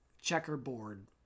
checkerboard